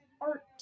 art